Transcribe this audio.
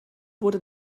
wurde